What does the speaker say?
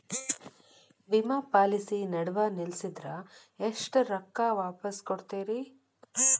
ವಿಮಾ ಪಾಲಿಸಿ ನಡುವ ನಿಲ್ಲಸಿದ್ರ ಎಷ್ಟ ರೊಕ್ಕ ವಾಪಸ್ ಕೊಡ್ತೇರಿ?